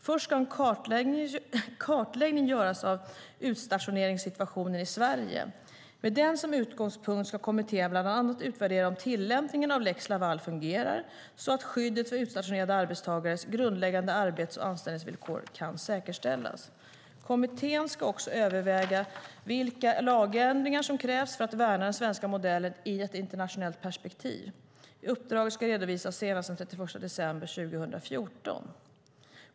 Först ska en kartläggning göras av utstationeringssituationen i Sverige. Med den som utgångspunkt ska kommittén bland annat utvärdera om tillämpningen av lex Laval fungerar så att skyddet för utstationerade arbetstagares grundläggande arbets och anställningsvillkor kan säkerställas. Kommittén ska också överväga vilka lagändringar som krävs för att värna den svenska modellen i ett internationellt perspektiv. Uppdraget ska redovisas senast den 31 december 2014.